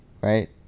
right